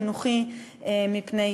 אחרי 20 שנה, חוק חינוך חינם בגיל הזה.